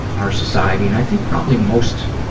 our society, and i think probably most,